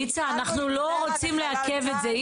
ניצה, אנחנו לא רוצים לעכב את זה.